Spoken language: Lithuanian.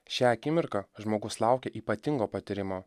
šią akimirką žmogus laukia ypatingo patyrimo